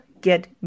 get